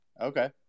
Okay